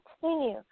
continue